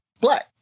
black